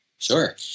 Sure